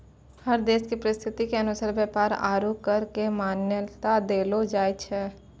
हर देश के परिस्थिति के अनुसार व्यापार आरू कर क मान्यता देलो जाय छै